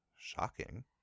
Shocking